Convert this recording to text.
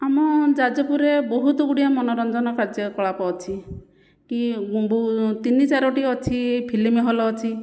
ଆମ ଯାଜପୁରରେ ବହୁତ ଗୁଡ଼ିଏ ମନୋରଞ୍ଜନ କାର୍ଯ୍ୟକଳାପ ଅଛି କି ତିନି ଚାରୋଟି ଅଛି ଫିଲ୍ମ ହଲ୍ ଅଛି